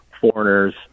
foreigners